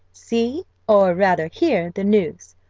see, or rather hear the news.